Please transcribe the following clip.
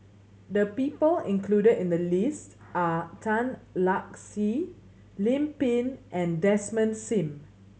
the people included in the list are Tan Lark Sye Lim Pin and Desmond Sim